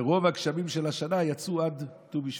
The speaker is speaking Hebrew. ורוב הגשמים של השנה יצאו עד ט"ו בשבט,